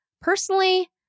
Personally